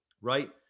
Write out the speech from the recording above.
right